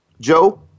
Joe